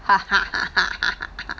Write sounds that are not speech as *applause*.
*laughs*